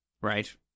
right